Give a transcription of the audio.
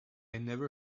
never